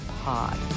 pod